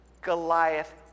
Goliath